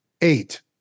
eight